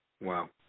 Wow